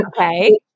Okay